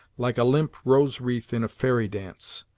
like a limp rose-wreath in a fairy dance.